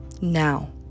now